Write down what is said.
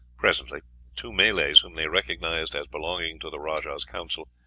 presently two malays, whom they recognized as belonging to the rajah's council,